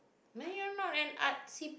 man you're not an artsy